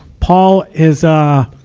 paul is, ah,